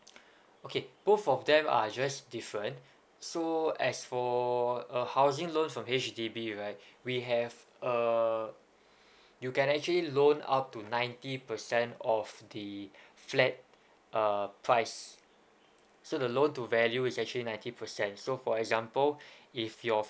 okay both of them are just different so as for a housing loan from H_D_B right we have a you can actually loan up to ninety percent of the flat uh price so the loan to value is actually ninety percent so for example if your